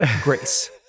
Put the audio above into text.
Grace